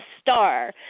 star